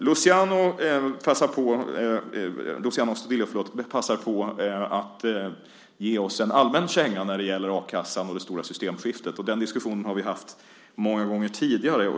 Luciano Astudillo passar på att ge oss en allmän känga när det gäller a-kassan och det stora systemskiftet. Den diskussionen har vi haft många gånger tidigare.